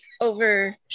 over